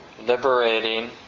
liberating